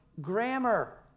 grammar